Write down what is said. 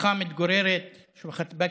המשפחה מתגוררת, משפחת בכרי,